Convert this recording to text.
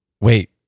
wait